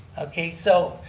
okay, so,